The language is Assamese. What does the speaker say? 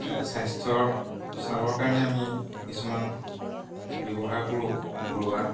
স্বাস্থ্যৰ ছালৰ কাৰণে আমি কিছুমান ব্যৱহাৰ কৰোঁ ঘৰুৱা